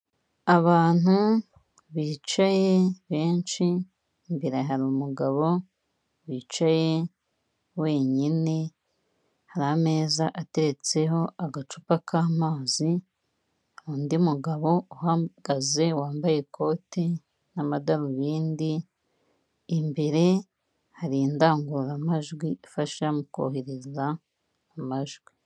Abantu bicaye benshi, mbere hari umugabo wicaye wenyine, hari ameza atetseho agacupa k'amazi, undi mugabo uhagaze wambaye ikote n'amadarubindi, imbere hari indangururamajwi ifasha mu kohereza amajwi.